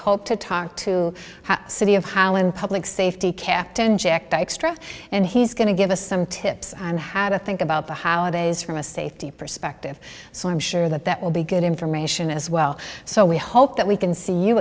hope to talk to the city of holland public safety captain jack dykstra and he's going to give us some tips on how to think about the holidays from a safety perspective so i'm sure that that will be good information as well so we hope that we can see you